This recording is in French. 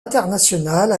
internationale